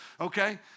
Okay